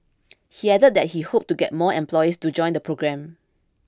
he added that he hoped to get more employees to join the programme